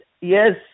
yes